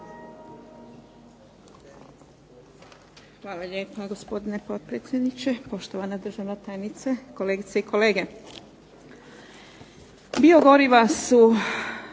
Hvala lijepa gospodine potpredsjedniče, poštovana državna tajnice, kolegice i kolege.